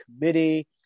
committee